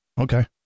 Okay